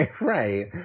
Right